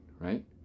right